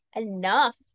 enough